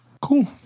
Cool